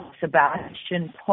Sebastian